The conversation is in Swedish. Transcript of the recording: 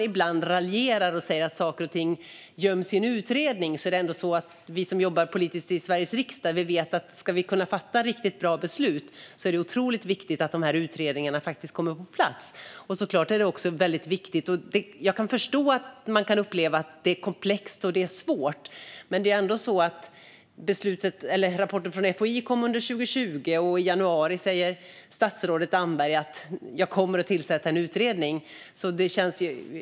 Ibland raljerar man om att saker och ting göms i en utredning, men för att vi politiker i Sveriges riksdag ska kunna fatta riktigt bra beslut är det viktigt att utredningar kommer på plats. Jag förstår att det upplevs som komplext och svårt. Men rapporten från FOI kom 2020, och i januari sa statsrådet Damberg att han skulle tillsätta en utredning.